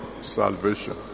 salvation